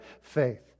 faith